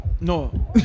No